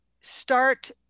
start